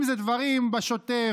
אם זה דברים בשוטף,